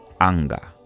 anger